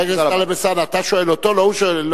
חבר הכנסת טלב אלסאנע, אתה שואל אותו, הוא לא